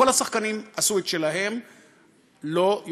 כל השחקנים עשו את שלהם,